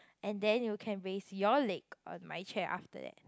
and then you can raise your leg on my chair after that